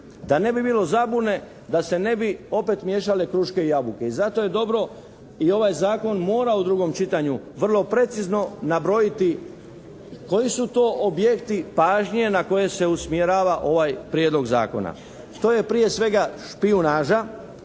Da ne bi bilo zabune, da se ne bi opet miješale kruške i jabuke i zato je dobro i ovaj Zakon mora u drugom čitanju vrlo precizno nabrojiti koji su to objekti pažnje na koje se usmjerava ovaj Prijedlog zakona. To je prije svega špijunaža,